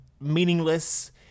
meaningless